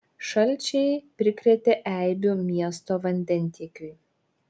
šalčiai prikrėtė eibių miesto vandentiekiui